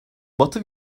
batı